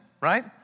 right